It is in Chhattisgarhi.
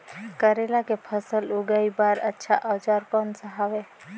करेला के फसल उगाई बार अच्छा औजार कोन सा हवे?